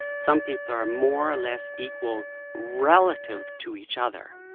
some people are more or less equal relative to each other.